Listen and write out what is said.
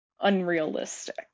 unrealistic